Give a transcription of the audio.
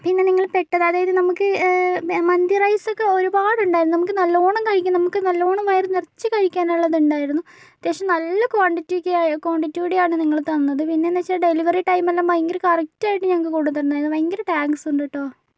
പിന്നെ നിങ്ങൾ പെട്ടത് അതായത് നമുക്ക് മന്തി റൈസൊക്കെ ഒരുപാടുണ്ടായിരുന്നു നമുക്ക് നല്ലവണ്ണം കഴിക്കാൻ നമുക്ക് നല്ലവണ്ണം വയറു നിറച്ച് കഴിക്കാനുള്ളതുണ്ടായിരുന്നു അത്യാവശ്യം നല്ല ക്വാണ്ടിറ്റിയൊക്കെ ക്വാണ്ടിറ്റിയോട് കൂടിയാണ് നിങ്ങള് തന്നത് പിന്നെ എന്താണെന്ന് വെച്ചാൽ ഡെലിവറി ടൈമെല്ലാം ഭയങ്കര കറക്റ്റായിട്ട് ഞങ്ങൾക്ക് കൊണ്ടുവന്നു തന്നായിരുന്നു ഭയങ്കര താങ്ക്സ് ഉണ്ട് കെട്ടോ